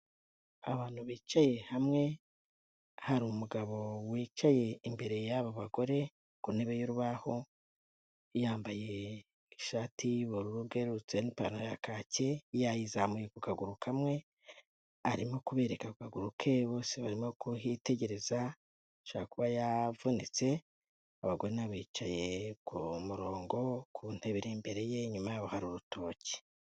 Abantu bicaye hamwe, hari umugabo wicaye imbere y'aba bagore, ku ntebe y'urubaho, yambaye ishati y'ubururu bwerurutse n'ipantaro ya kacye, yayizamuye ku kaguru kamwe, arimo kubereka ku kaguru ke, bose barimo kuhitegereza, ashobora kuba yavunitse; abagore na bo bicaye ku murongo, ku ntebe iri imbere ye, inyuma yabo hari urutoki.